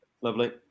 Lovely